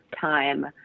time